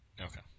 Okay